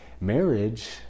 Marriage